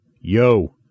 Yo